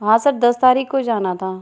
हाँ सर दस तारीख को जाना था